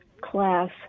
class